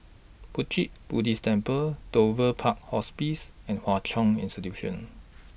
Puat Jit Buddhist Temple Dover Park Hospice and Hwa Chong Institution